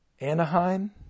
Anaheim